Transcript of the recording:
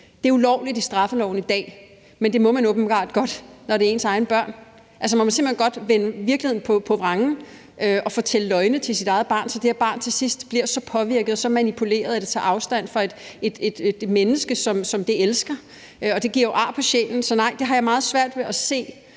er det ulovligt i straffeloven i dag. Men det må man åbenbart godt, når det er ens egne børn, det handler om. Altså, man må simpelt hen godt vende virkeligheden på vrangen og fortælle løgne til sit eget barn, så det her barn til sidst bliver så påvirket og så manipuleret, at det tager afstand fra et menneske, som det elsker, og det giver jo ar på sjælen. Så nej, det har jeg meget svært ved at se,